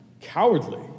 cowardly